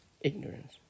Ignorance